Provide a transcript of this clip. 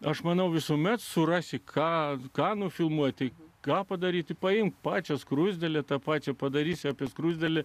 aš manau visuomet surasi ką ką nufilmuoti ką padaryti paimti pačią skruzdėlę tą pačią padarysiu apie skruzdėlę